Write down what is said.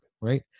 right